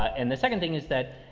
and the second thing is that,